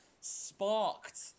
sparked